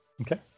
Okay